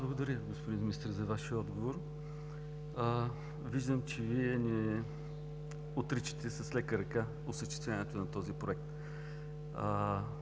Благодаря, господин Министър, за Вашия отговор. Виждам, че Вие не отричате с лека ръка осъществяването на този Проект.